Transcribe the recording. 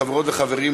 חברות וחברים,